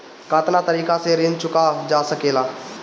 कातना तरीके से ऋण चुका जा सेकला?